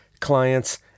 clients